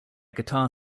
guitar